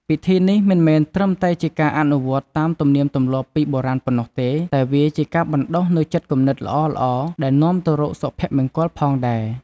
ពិធីនេះមិនមែនត្រឹមតែជាការអនុវត្តតាមទំនៀមទម្លាប់ពីបុរាណប៉ុណ្ណោះទេ តែវាជាការបណ្តុះនូវចិត្តគំនិតល្អៗដែលនាំទៅរកសុភមង្គលផងដែរ។